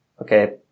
okay